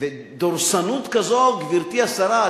ודורסנות כזאת, גברתי השרה.